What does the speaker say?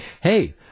hey